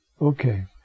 Okay